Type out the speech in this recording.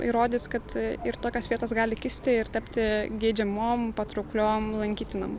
įrodys kad ir tokios vietos gali kisti ir tapti geidžiamom patraukliom lankytinom